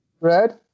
Red